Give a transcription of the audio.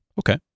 Okay